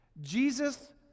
Jesus